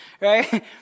right